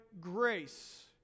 grace